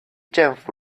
政府